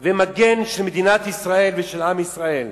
ומגן של מדינת ישראל ושל עם ישראל.